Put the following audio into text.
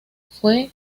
fue